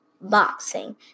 Boxing